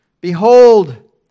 Behold